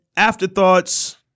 Afterthoughts